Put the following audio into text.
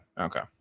Okay